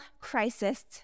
crisis